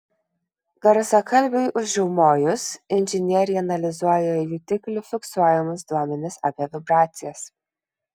garsiakalbiui užriaumojus inžinieriai analizuoja jutiklių fiksuojamus duomenis apie vibracijas